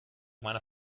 meiner